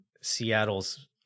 Seattle's